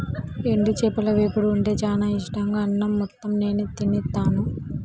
ఎండు చేపల వేపుడు ఉంటే చానా ఇట్టంగా అన్నం మొత్తం నేనే తినేత్తాను